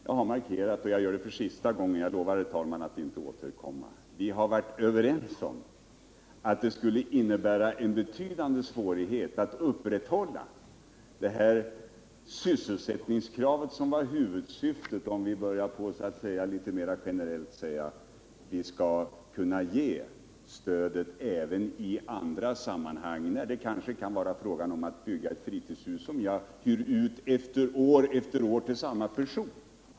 Jag har markerat, och jag gör det nu för sista gången — jag lovar, herr talman, att inte återkomma — att vi har varit överens om att det skulle innebära en betydande svårighet att upprätthålla sysselsättningskravet, vilket var huvudsyftet när vi började, om vi mera generellt säger att stödet skall kunna ges även i andra sammanhang exempelvis när det är fråga om att bygga fritidshus, som år efter år kan hyras ut till en och samma person.